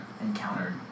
encountered